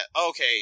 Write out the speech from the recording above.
okay